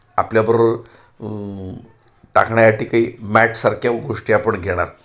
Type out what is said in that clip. आपल्याबरोबर टाकण्यासाठी काही मॅटसारख्या गोष्टी आपण घेणार